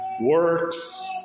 works